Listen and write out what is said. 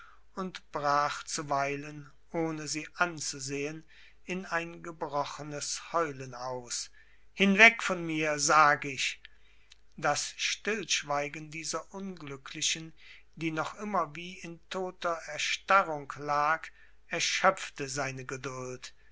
und brach zuweilen ohne sie anzusehen in ein gebrochenes heulen aus hinweg von mir sag ich das stillschweigen dieser unglücklichen die noch immer wie in toter erstarrung lag erschöpfte seine geduld